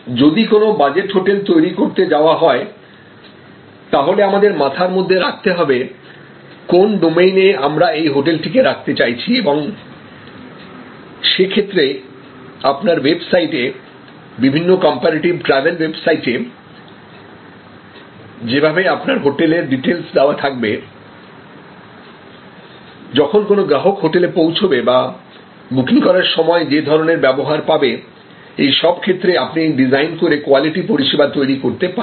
যদি কোন budget hotel তৈরি করতে যাওয়া হয় তাহলে আমাদের মাথার মধ্যে রাখতে হবে কোন ডোমেইনে আমরা এই হোটেলটিকে রাখতে চাইছি এবং সে ক্ষেত্রে আপনার ওয়েব সাইটে বিভিন্ন কম্পারেটিভ ট্রাভেল ওয়েবসাইটে যেভাবে আপনার হোটেলের ডিটেলস দেওয়া থাকবে যখন কোন গ্রাহক হোটেলে পৌঁছাবে বা বুকিং করার সময়ে যে ধরনের ব্যবহার পাবে এইসব ক্ষেত্রে আপনি ডিজাইন করে কোয়ালিটি পরিষেবা তৈরি করতে পারেন